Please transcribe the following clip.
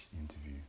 interview